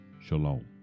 Shalom